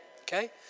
Okay